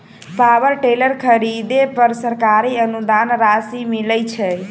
Power tiller खरीदे पर सरकारी अनुदान राशि मिलय छैय?